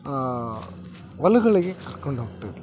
ಹೊಲಗಳಿಗೆ ಕರ್ಕೊಂಡು ಹೋಗ್ತಿದ್ದರು